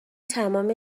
تمام